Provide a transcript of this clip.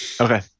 Okay